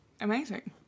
Amazing